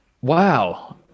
Wow